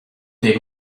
des